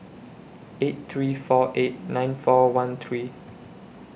eight three four eight nine four one three